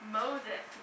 moses